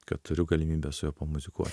kad turiu galimybę su juo pamuzikuot